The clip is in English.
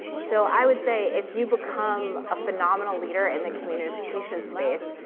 so i would say, if you become a phenomenal leader in the communications space,